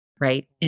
right